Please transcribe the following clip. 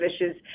issues